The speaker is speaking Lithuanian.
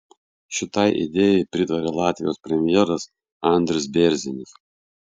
šitai idėjai pritarė latvijos premjeras andris bėrzinis